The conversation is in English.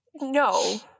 no